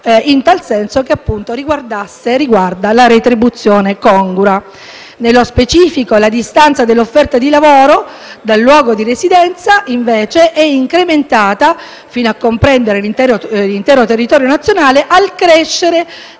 in tal senso, riguardante la retribuzione congrua. Nello specifico, la distanza dell'offerta di lavoro dal luogo di residenza, invece, è incrementata fino a comprendere l'intero territorio nazionale al crescere